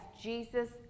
Jesus